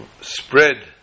spread